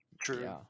True